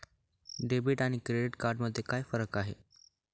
Debit आणि credit card मध्ये काय फरक आहे?